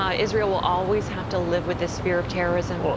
ah israel will always have to live with this fear of terrorism? well,